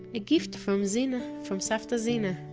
a gift from zena. from savta zena.